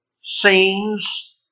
scenes